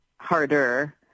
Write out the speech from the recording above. Harder